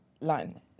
line